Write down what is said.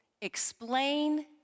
explain